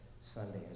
Sunday